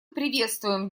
приветствуем